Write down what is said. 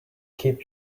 keep